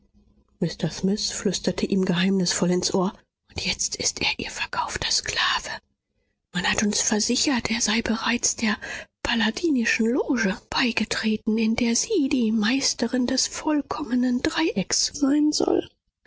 mr smith flüsterte ihm geheimnisvoll ins ohr und jetzt ist er ihr verkaufter sklave man hat uns versichert er sei bereits der palladinischen loge beigetreten in der sie die meisterin des vollkommenen dreiecks sein soll